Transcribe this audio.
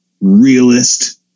realist